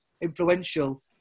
influential